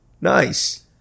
nice